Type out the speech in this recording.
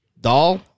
doll